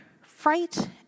fright